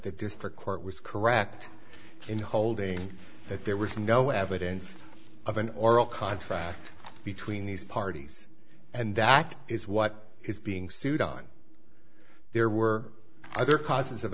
the district court was correct in holding that there was no evidence of an oral contract between these parties and that is what is being sued on there were other causes of